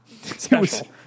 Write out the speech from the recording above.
Special